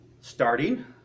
starting